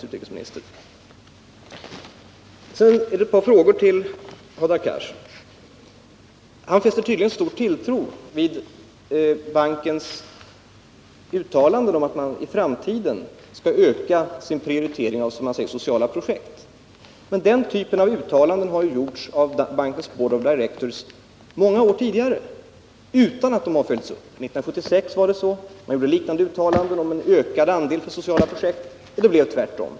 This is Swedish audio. Sedan ett par frågor till Hadar Cars. Han fäster tydligen stor tilltro till bankens uttalanden om att den i framtiden skall öka sin prioritering av, som det heter, sociala projekt. Men den typen av uttalanden har ju gjorts av bankens Board of Directors många år tidigare utan att de har följts upp. År 1976 gjorde man liknande uttalanden om en ökning av andelen till sociala projekt, men det blev tvärtom.